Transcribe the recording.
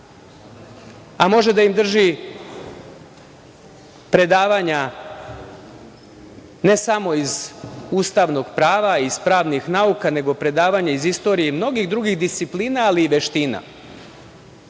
a može da im drži predavanja ne samo iz ustavnog prava, iz pravnih nauka, nego predavanja iz istorije i mnogih drugih disciplina, ali i veština,